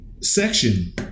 section